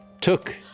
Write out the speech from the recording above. took